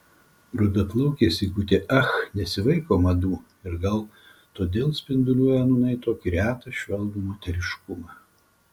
rudaplaukė sigutė ach nesivaiko madų ir gal todėl spinduliuoja nūnai tokį retą švelnų moteriškumą